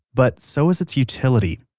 but so is its utility.